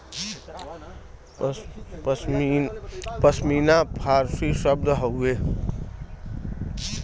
पश्मीना फारसी शब्द हउवे